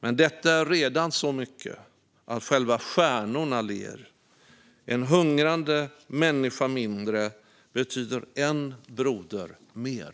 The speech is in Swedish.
Men detta är redan så mycketatt själva stjärnorna ler. En hungrande människa mindrebetyder en broder mer.